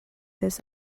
this